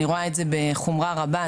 אני רואה את זה בחומרה רבה,